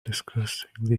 disgustingly